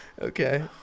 Okay